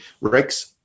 Rex